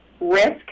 risk